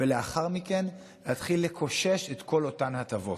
ולאחר מכן להתחיל לקושש את כל אותן הטבות.